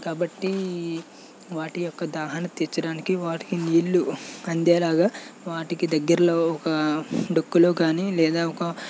కాబట్టీ వాటి యొక్క దాహన్ని తీర్చడానికి వాటికీ నీళ్ళు అందేలాగా వాటికి దగ్గరలో ఒక డొక్కులో కానీ లేదా ఒక